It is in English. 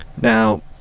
now